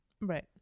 Right